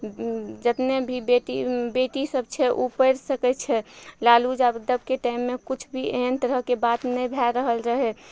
जतने भी बेटी बेटी सब छै उ पढ़ि सकय छै लालू यादबके टाइममे किछु भी एहन तरहके बात नहि भए रहल रहय